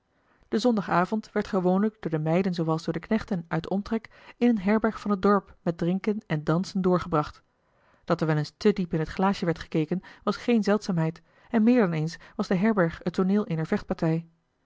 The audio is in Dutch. de zondagavond werd gewoonlijk door de meiden zoowel als door de knechten uit den omtrek in eene herberg van het dorp met drinken en dansen doorgebracht dat er wel eens te diep in t glaasje werd gekeken was geene zeldzaamheid en meer dan eens was de herberg het tooneel eener vechtpartij